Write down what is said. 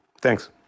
Thanks